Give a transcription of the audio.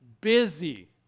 busy